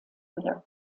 mehr